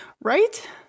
Right